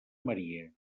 maria